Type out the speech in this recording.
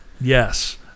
yes